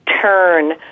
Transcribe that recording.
turn